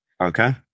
Okay